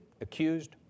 accused